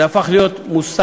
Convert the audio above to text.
זה הפך להיות מושג,